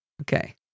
Okay